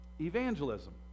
evangelism